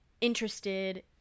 interested